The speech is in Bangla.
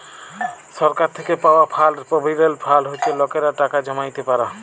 সরকার থ্যাইকে পাউয়া ফাল্ড পভিডেল্ট ফাল্ড হছে লকেরা টাকা জ্যমাইতে পারে